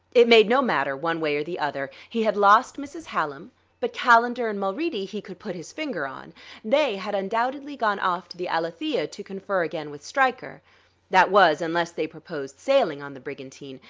it made no matter, one way or the other he had lost mrs. hallam but calendar and mulready he could put his finger on they had undoubtedly gone off to the alethea to confer again with stryker that was, unless they proposed sailing on the brigantine,